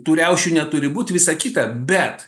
tų riaušių neturi būt visa kita bet